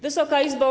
Wysoka Izbo!